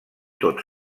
tot